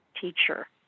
teacher